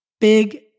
big